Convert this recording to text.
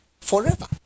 Forever